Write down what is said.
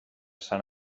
sant